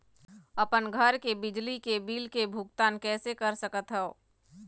अपन घर के बिजली के बिल के भुगतान कैसे कर सकत हव?